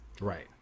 Right